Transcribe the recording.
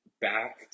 back